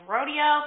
Rodeo